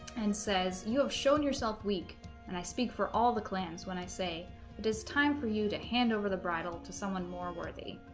and says you have shown yourself weak and i speak for all the clans when i say it is time for you to hand over the bridle to someone more worthy